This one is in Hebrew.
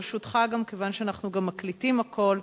ברשותך, כיוון שאנחנו מקליטים הכול,